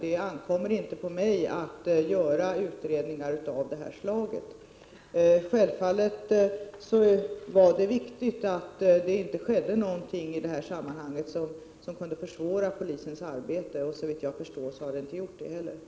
Det ankommer inte på mig att göra utredningar av det här slaget. Självfallet var det viktigt att det inte skedde något som kunde försvåra polisens arbete, och såvitt jag förstår har inte heller något sådant inträffat.